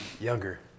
Younger